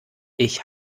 ich